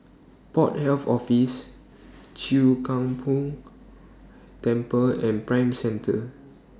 Port Health Office Chwee Kang Beo Temple and Prime Centre